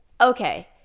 okay